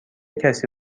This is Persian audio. کسی